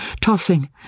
tossing